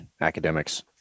academics